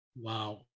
Wow